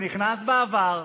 ונכנסו בעבר,